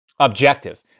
Objective